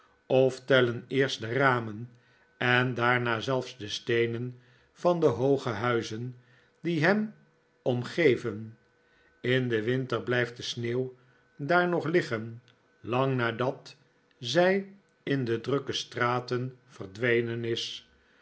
of tellen eerst de ramen en daarna zelfs de steenen van de hooge huizen die hem omgeven in den winter blijft de sneeuw daar nog liggen lang nadat zij in de drukke straten verdwenen is